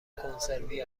کنسروی